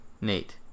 Nate